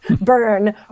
burn